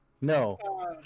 No